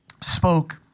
spoke